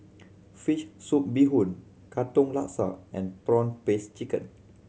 fish soup bee hoon Katong Laksa and prawn paste chicken